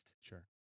Sure